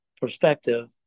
perspective